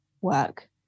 work